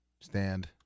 Stand